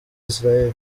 israel